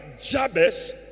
jabez